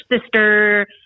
sister